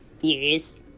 yes